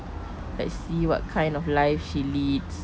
let's see what kind of life she leads